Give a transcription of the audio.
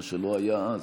מה שלא היה אז.